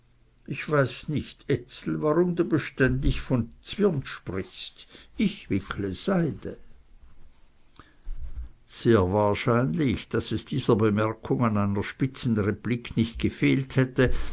ich weiß nicht ezel warum du beständig von zwirn sprichst ich wickle seide sehr wahrscheinlich daß es dieser bemerkung an einer spitzen replik nicht gefehlt hätte